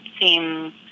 seem